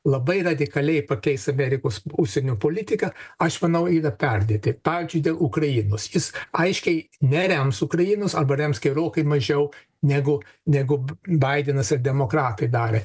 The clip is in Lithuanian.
labai radikaliai pakeis amerikos užsienio politiką aš manau yra perdėti pavyzdžiui dėl ukrainos jis aiškiai nerems ukrainos arba rems gerokai mažiau negu negu b baidenas ir demokratai darė